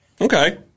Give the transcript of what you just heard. Okay